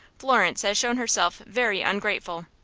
florence has shown herself very ungrateful.